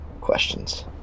questions